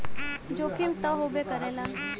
जोखिम त होबे करेला